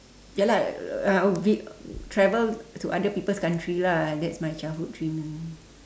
ya lah uh we travel to other people's country lah that's my childhood dream